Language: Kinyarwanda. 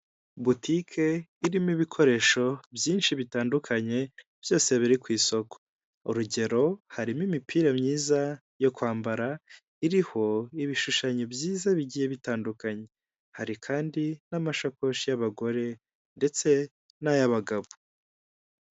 Butike irimo ibikoresho byinshi bitandukanye byose biri ku isoko, urugero harimo imipira myiza yo kwambara iriho ibishushanyo byiza bigiye bitandukanye, hari kandi n'amashakoshi y'abagore ndetse n'ay'abagabo.